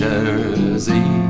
Jersey